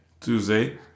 Tuesday